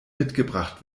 mitgebracht